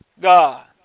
God